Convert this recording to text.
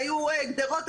היו גדרות,